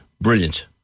Brilliant